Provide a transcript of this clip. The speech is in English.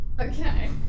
Okay